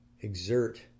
exert